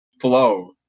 flow